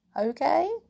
okay